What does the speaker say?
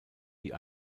die